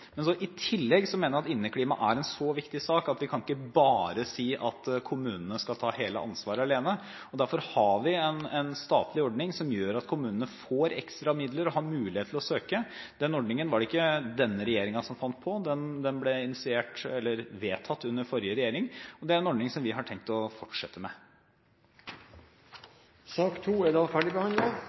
I tillegg mener jeg at inneklimaet er en så viktig sak at vi ikke bare kan si at kommunene skal ta hele ansvaret alene. Derfor har vi en statlig ordning som gjør at kommunene får ekstra midler. De har mulighet til å søke. Den ordningen var det ikke denne regjeringen som fant på, den ble vedtatt under forrige regjering. Det er en ordning som vi har tenkt å fortsette med. Sak nr. 2 er